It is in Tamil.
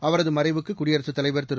அவரது மறைவுக்கு குடியரசுத் தலைவர் திரு